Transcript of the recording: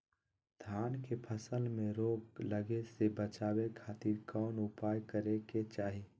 धान के फसल में रोग लगे से बचावे खातिर कौन उपाय करे के चाही?